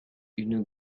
une